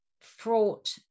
fraught